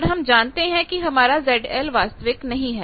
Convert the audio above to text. पर हम जानते हैं कि हमारा ZL वास्तविक नहीं है